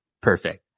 perfect